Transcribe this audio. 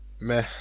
meh